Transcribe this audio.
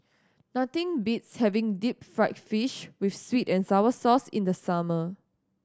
nothing beats having deep fried fish with sweet and sour sauce in the summer